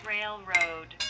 Railroad